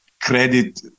credit